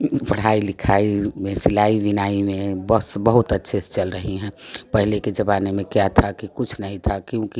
पढ़ाई लिखाई में सिलाई बिनाई में बस बहुत अच्छे से चल रही हैं पहले के जमाने में क्या था कि कुछ नहीं था क्योंकि